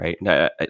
right